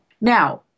Now